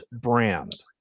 brand